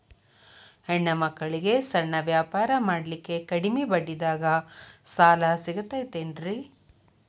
ಹೆಣ್ಣ ಮಕ್ಕಳಿಗೆ ಸಣ್ಣ ವ್ಯಾಪಾರ ಮಾಡ್ಲಿಕ್ಕೆ ಕಡಿಮಿ ಬಡ್ಡಿದಾಗ ಸಾಲ ಸಿಗತೈತೇನ್ರಿ?